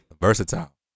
Versatile